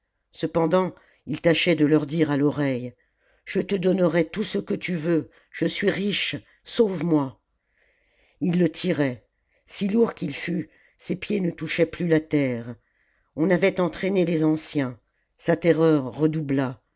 cependant il tâchait de leur dire à l'oreiiie je te donnerai tout ce que tu veux je suis riche sauve-moi ils le tiraient si lourd qu'il fût ses pieds ne touchaient plus la terre on avait entraîné les anciens sa terreur redoubla